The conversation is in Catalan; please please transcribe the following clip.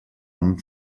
amb